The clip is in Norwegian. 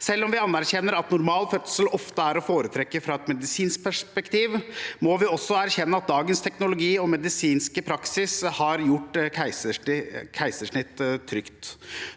Selv om vi anerkjenner at normal fødsel ofte er å foretrekke fra et medisinsk perspektiv, må vi også erkjenne at dagens teknologi og medisinske praksis har gjort keisersnitt trygt.